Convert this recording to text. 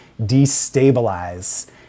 destabilize